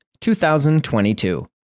2022